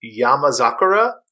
Yamazakura